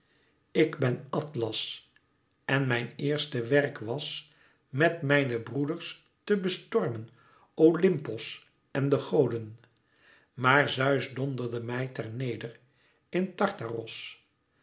ik ben atlas en mijn eerste werk was met mijne broeders te bestormen oympos en de goden maar zeus donderde mij ter neder in